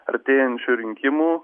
artėjančių rinkimų